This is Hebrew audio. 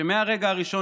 שמהרגע הראשון